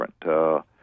different